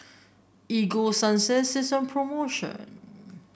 Ego Sunsense is on promotion